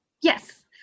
Yes